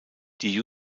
die